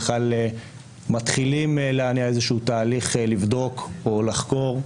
בכלל מתחילות להניע איזשהו תהליך לבדוק או לחקור.